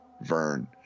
Vern